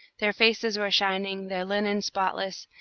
their faces were shining, their linen spotless,